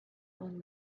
own